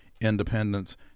Independence